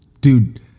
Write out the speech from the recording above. dude